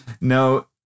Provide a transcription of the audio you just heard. No